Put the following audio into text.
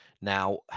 Now